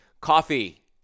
Coffee